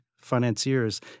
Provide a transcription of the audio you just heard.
Financiers